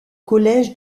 collège